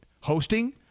Hosting